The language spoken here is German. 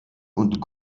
und